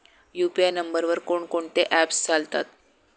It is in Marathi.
यु.पी.आय नंबरवर कोण कोणते ऍप्स चालतात?